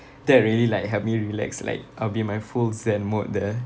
that really like help me relax like I'll be in my full zen mode there